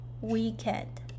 weekend